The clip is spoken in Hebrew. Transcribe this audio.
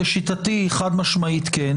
לשיטתי, חג משמעית כן.